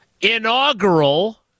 inaugural